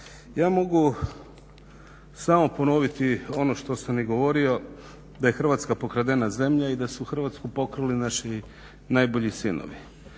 Ja mogu samo ponoviti ono što sam i govorio da je Hrvatska pokradena zemlja i da su Hrvatsku pokrali naši najbolji sinovi.